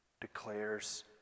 declares